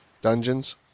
Dungeons